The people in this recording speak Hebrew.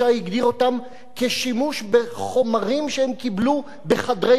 אותו כשימוש בחומרים שהם קיבלו בחדרי חדרים.